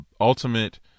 ultimate